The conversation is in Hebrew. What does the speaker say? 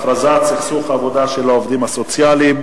בהצעות לסדר-היום: הכרזת סכסוך עבודה של העובדים הסוציאליים,